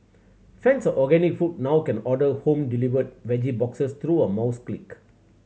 fans of organic food now can order home delivered veggie boxes through a mouse click